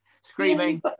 Screaming